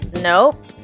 Nope